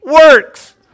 works